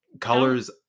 colors